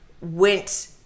went